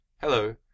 Hello